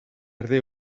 erdi